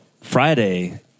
Friday